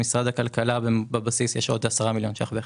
במשרד הכלכלה , בבסיס, יש עוד 10 מיליון שקלים.